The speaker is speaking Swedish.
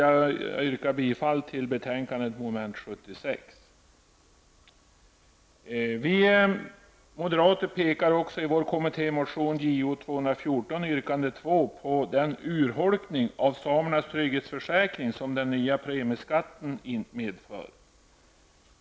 Jag yrkar bifall till utskottets hemställan under mom. 76 i betänkandet. Vi moderater pekar i vår kommittémotion Jo214, yrkande 2, på den urholkning av samernas trygghetsförsäkring som den nya premieskatten medför.